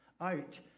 out